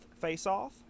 face-off